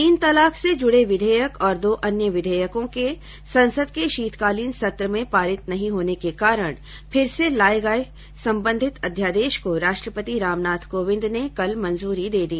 तीन तलाक से जुड़े विधेयक और दो अन्य विधेयकों के संसद के शीतकालीन सत्र में पारित नहीं होने के कारण फिर से लाये गये संबंधित अध्यादेश को राष्ट्रपति रामनाथ कोविंद ने कल मंजूरी दे दी